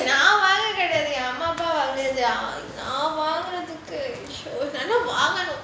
நான் வாங்குறது கெடயாது எல்லாம் அம்மா அப்பாத்தான் நான் வாங்குறது ஆனா வாங்கணும்:naan vaangurathu kedayaathu ellaam amma appathaan naan vangurathu aana vaanganum